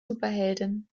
superhelden